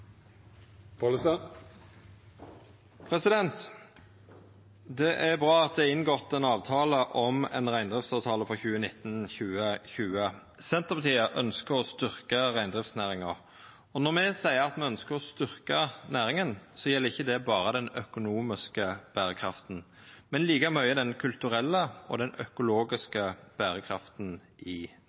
m.m. Det er bra at det er inngått ein reindriftsavtale for 2019/2020. Senterpartiet ønskjer å styrkja reindriftsnæringa, og når me seier at me ønskjer å styrkja næringa, gjeld det ikkje berre den økonomiske berekrafta, men like mykje den kulturelle og økologiske berekrafta i